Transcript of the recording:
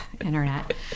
internet